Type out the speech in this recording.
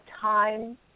time